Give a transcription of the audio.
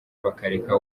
bakareka